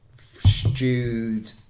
stewed